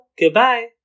Goodbye